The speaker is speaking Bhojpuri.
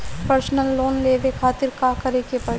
परसनल लोन लेवे खातिर का करे के पड़ी?